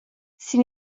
sin